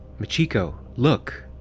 machiko, look!